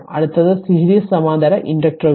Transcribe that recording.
അടുത്തത് സീരീസ് സമാന്തര ഇൻഡക്റ്ററുകൾ